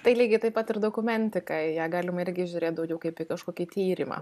tai lygiai taip pat ir dokumentika į ją galima irgi žiūrėt daugiau kaip į kažkokį tyrimą